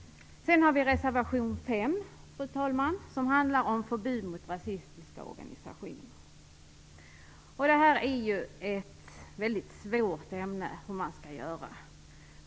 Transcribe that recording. Fru talman! Reservation 5 handlar om förbud mot rasistiska organisationer. Detta är ett väldigt svårt ämne och svårt att veta hur man skall göra.